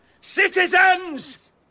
Citizens